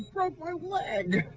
broke my leg.